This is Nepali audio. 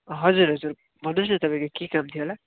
हजुर हजुर भन्नुहोस् न तपाईँको के काम थियो होला